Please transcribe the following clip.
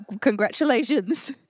congratulations